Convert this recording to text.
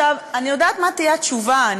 אני יודעת מה תהיה התשובה.